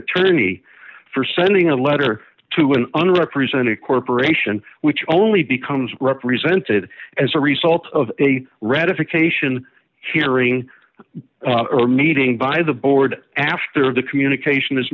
attorney for sending a letter to an unrepresented corporation which only becomes represented as a result of a ratification hearing or meeting by the board after the communication is